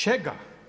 Čega?